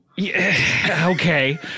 Okay